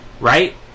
Right